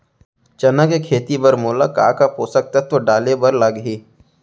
चना के खेती बर मोला का का पोसक तत्व डाले बर लागही?